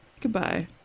goodbye